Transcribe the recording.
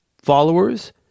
followers